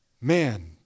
man